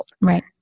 Right